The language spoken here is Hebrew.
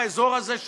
באזור הזה,